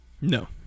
No